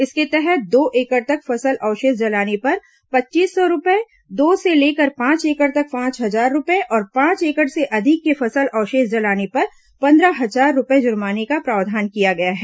इसके तहत दो एकड़ तक फसल अवशेष जलाने पर पच्चीस सौ रूपये दो से लेकर पांच एकड़ तक पांच हजार रूपये और पांच एकड़ से अधिक के फसल अवशेष जलाने पर पंद्रह हजार रूपये जुर्माने का प्रावधान किया गया है